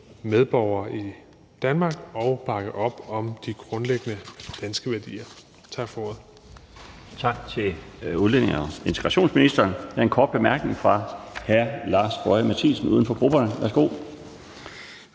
medborgere i Danmark og bakke op om de grundlæggende danske værdier. Tak for ordet.